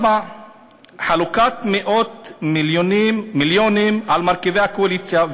4. חלוקת מאות מיליונים למרכיבי הקואליציה.